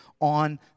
on